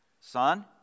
Son